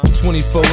24